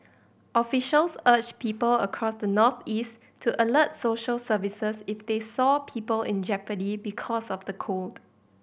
officials urged people across the northeast to alert social services if they saw people in jeopardy because of the cold